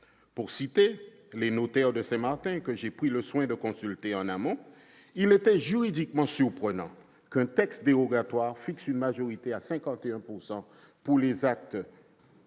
Pour citer les notaires de Saint-Martin que j'ai pris le soin de consulter en amont, « il était juridiquement surprenant qu'un texte dérogatoire fixe une majorité à 51 % pour les actes